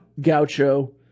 gaucho